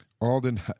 Alden